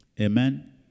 Amen